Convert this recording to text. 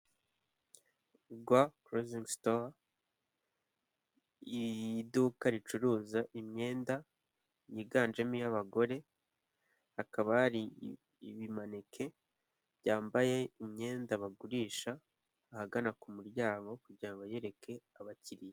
Yitwa Clothing Store, iduka ricuruza imyenda yiganjemo iy'abagore. Hakaba hari ibimanike byambaye imyenda bagurisha ahagana ku muryango kugira bayereke abakiriya.